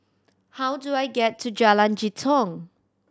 how do I get to Jalan Jitong